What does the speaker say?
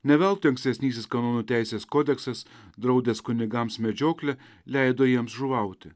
ne veltui ankstesnysis kanonų teisės kodeksas draudęs kunigams medžioklę leido jiems žuvauti